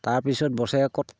তাৰপিছত বছৰেকত